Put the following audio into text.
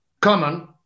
common